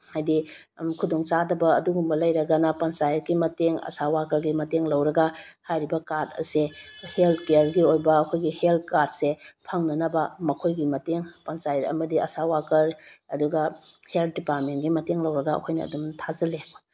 ꯍꯥꯏꯗꯤ ꯈꯨꯗꯣꯡ ꯆꯥꯗꯕ ꯑꯗꯨꯒꯨꯝꯕ ꯂꯩꯔꯒꯅ ꯄꯟꯆꯥꯌꯦꯠꯀꯤ ꯃꯇꯦꯡ ꯑꯁꯥ ꯋꯥꯀꯔꯒꯤ ꯃꯇꯦꯡ ꯂꯧꯔꯒ ꯍꯥꯏꯔꯤꯕ ꯀꯥꯔꯗ ꯑꯁꯦ ꯍꯦꯜꯠ ꯀꯤꯌꯔꯒꯤ ꯑꯣꯏꯕ ꯑꯩꯈꯣꯏꯒꯤ ꯍꯦꯜꯠ ꯀꯥꯔꯗ ꯑꯁꯦ ꯐꯪꯅꯅꯕ ꯃꯈꯣꯏꯒꯤ ꯃꯇꯦꯡ ꯄꯟꯆꯥꯌꯦꯠ ꯑꯃꯗꯤ ꯑꯁꯥ ꯋꯥꯀꯔ ꯑꯗꯨꯒ ꯍꯦꯜꯠ ꯗꯤꯄꯥꯔꯠꯃꯦꯟꯒꯤ ꯃꯇꯦꯡ ꯂꯧꯔꯒ ꯑꯩꯈꯣꯏꯅ ꯑꯗꯨꯝ ꯊꯥꯖꯤꯜꯂꯦ